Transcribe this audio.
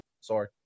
sorry